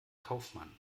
kaufmann